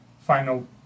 final